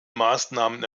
maßnahmen